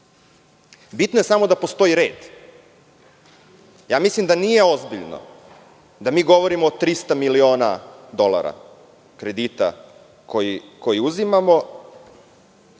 red. Bitno je samo da postoji red. Ja mislim da nije ozbiljno da mi govorimo o 300 miliona dolara kredita koji uzimamo,